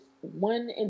one